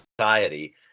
society